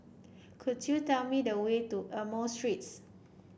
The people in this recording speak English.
could you tell me the way to Amoy Street